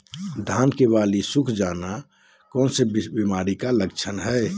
धान की बाली सुख जाना कौन सी बीमारी का लक्षण है?